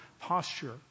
posture